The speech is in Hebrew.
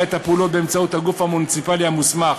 את הפעולות באמצעות הגוף המוניציפלי המוסמך,